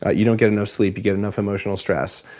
ah you don't get enough sleep, you get enough emotional stress,